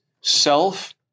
self